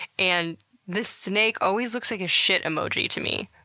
and this snake always looks like a shit emoji to me.